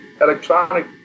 electronic